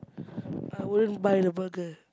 I wouldn't buy the burger